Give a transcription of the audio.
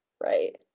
Right